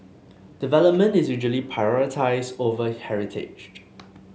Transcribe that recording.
development is usually prioritised over heritage